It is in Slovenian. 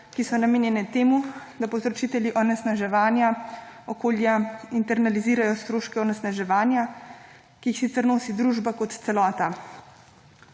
ki so namenjene temu, da povzročitelji onesnaževanja okolja internalizirajo stroške onesnaževanja, ki jih sicer nosi družba kot celota.